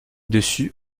dessus